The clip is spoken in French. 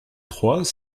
trois